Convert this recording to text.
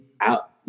out